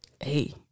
hey